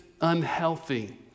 unhealthy